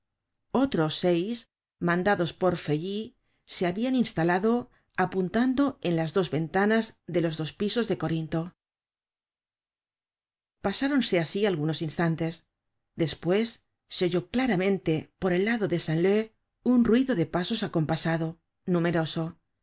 otros seis mandados por feuilly se habian instalado apuntando en las dos ventanas de los dos pisos de corinto pasáronse asi algunos instantes despues se oyó claramente por el lado de san leu un ruido de pasos acompasado numeroso